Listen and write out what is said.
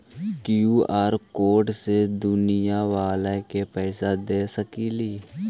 QR कोडबा से दुकनिया बाला के पैसा दे सक्रिय?